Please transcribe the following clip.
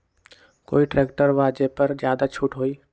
कोइ ट्रैक्टर बा जे पर ज्यादा छूट हो?